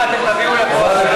מה, אתם תביאו לפה עכשיו,